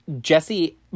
Jesse